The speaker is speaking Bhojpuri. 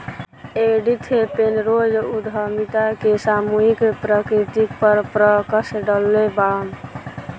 एडिथ पेनरोज उद्यमिता के सामूहिक प्रकृति पर प्रकश डलले बाड़न